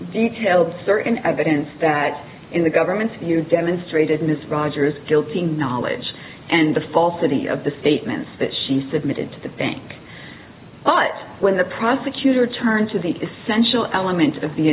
details there in evidence that in the government you demonstrated ms rogers guilty knowledge and the falsity of the statements that she submitted to the bank but when the prosecutor turned to the essential elements of the